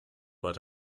but